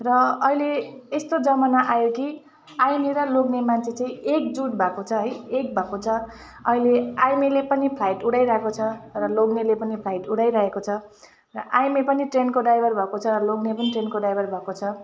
र अहिले यस्तो जमाना आयो कि आइमाई र लोग्ने मान्छे चाहिँ एकजुट भएको छ है एक भएको छ अहिले आइमाईले पनि फ्लाइट उडाइरहेको छ र लोग्नेले पनि फ्लाइट उडाइरहेको छ र आइमाई पनि ट्रेनको ड्राइभर भएको छ लोग्ने पनि ट्रेनको ड्राइभर भएको छ